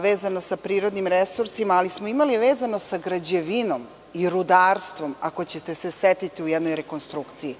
vezano sa prirodnim resursima, ali smo imali i vezano sa građevinom i rudarstvom, ako ćete se setiti, u nekoj prethodnoj konstrukciji.